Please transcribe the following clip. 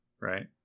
right